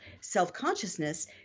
self-consciousness